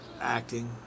acting